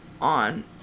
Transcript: on